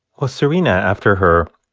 well, serena, after her